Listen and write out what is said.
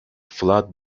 flood